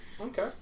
okay